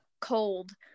cold